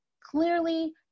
clearly